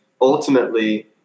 ultimately